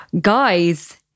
guys